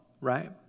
right